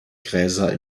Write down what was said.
gräser